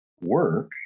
work